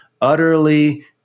utterly